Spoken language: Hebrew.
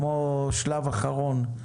כמו שלב אחרון.